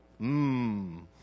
Mmm